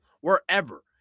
wherever